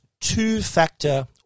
two-factor